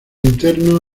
interno